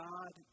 God